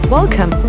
Welcome